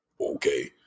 Okay